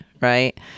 right